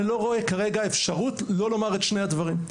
אני לא רואה כרגע אפשרות לא לומר את שני הדברים.